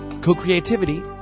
co-creativity